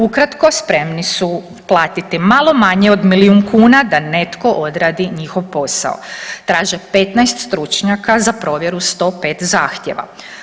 Ukratko, spremni su platiti malo manje od milijun kuna da netko odradi njihov posao, traže 15 stručnjaka za provjeru 105 zahtjeva.